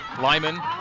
Lyman